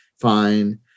fine